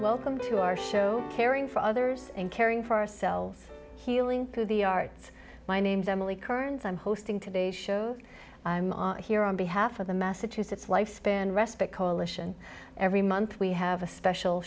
welcome to our show caring for others and caring for ourselves healing through the arts my name's emily kearns i'm hosting today show here on behalf of the massachusetts lifespan respite coalition every month we have a special